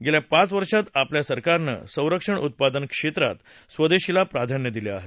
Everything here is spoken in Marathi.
गेल्या पाच वर्षात आमच्या सरकारनं संरक्षण उत्पादन क्षेत्रात स्वदेशीला प्राधान्य दिलं आहे